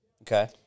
Okay